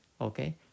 okay